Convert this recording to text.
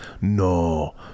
no